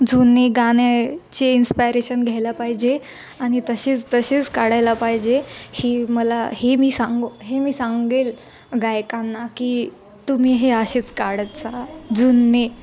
जुनी गाण्याचे इन्स्पायरेशन घ्यायला पाहिजे आणि तशीच तसेच काढायला पाहिजे ही मला हे मी सांगू हे मी सांगेल गायकांना की तुम्ही हे असेच काढत जा जुने